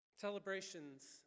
celebrations